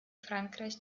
frankreich